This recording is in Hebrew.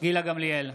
גילה גמליאל,